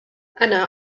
أنا